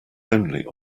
only